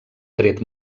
tret